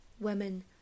women